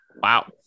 Wow